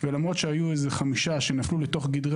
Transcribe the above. ולמרות שהיו כחמישה שנפלו אל תוך גדרי